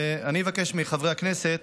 ואני אבקש מחברי הכנסת